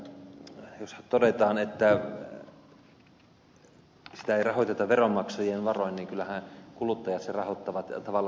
jos todetaan että sitä ei rahoiteta veronmaksajien varoin niin kyllähän kuluttajat sen rahoittavat tavalla tai toisella